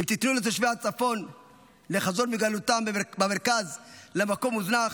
אל תיתנו לתושבי הצפון לחזור מגלותם במרכז למקום מוזנח,